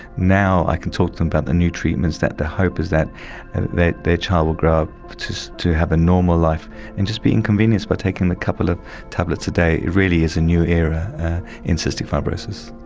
now i can talk to them about the new treatments, that the hope is that and that their child will grow up to to have a normal life and just to be inconvenienced by taking a couple of tablets a day. it really is a new era in cystic fibrosis.